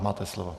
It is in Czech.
Máte slovo.